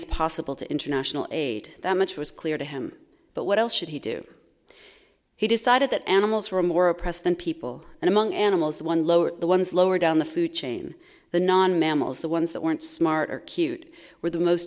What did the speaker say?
as possible to international aid that much was clear to him but what else should he do he decided that animals were more oppressed than people and among animals the one lower the ones lower down the food chain the non mammals the ones that weren't smart or cute were the most